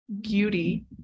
beauty